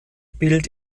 bild